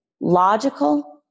logical